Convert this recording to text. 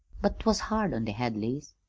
but't was hard on the hadleys.